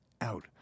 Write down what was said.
out